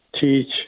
teach